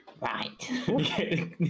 right